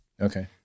Okay